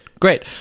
Great